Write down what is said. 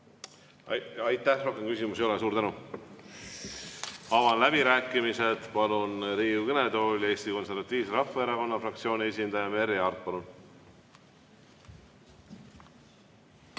Aitäh! Rohkem küsimusi ei ole. Suur tänu! Avan läbirääkimised ja palun Riigikogu kõnetooli Eesti Konservatiivse Rahvaerakonna fraktsiooni esindaja. Merry Aart, palun!